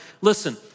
Listen